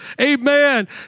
amen